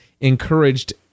encouraged